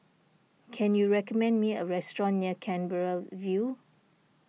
can you recommend me a restaurant near Canberra View